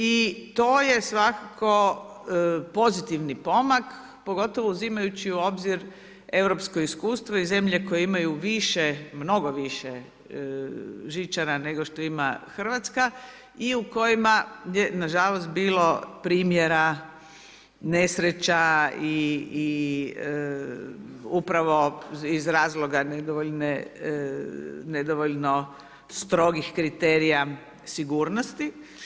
I to je svakako pozitivan pomak, pogotovo uzimajući u obzir europsko iskustvo i zemlje koje imaju mnogo više žičara nego što ima Hrvatska i u kojima je nažalost bilo primjera nesreća i upravo iz razloga nedovoljno strogih kriterija sigurnosti.